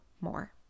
more